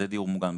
בתי דיור מוגן,